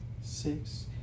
Six